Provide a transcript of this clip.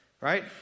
Right